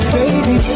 Baby